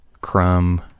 crumb